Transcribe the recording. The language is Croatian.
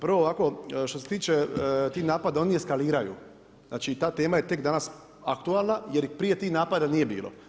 Prvo ovako, što se tiče tih napada, oni eskaliraju, znači ta tema je tek danas aktualna jer prije tih napada nije bilo.